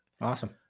Awesome